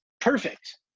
perfect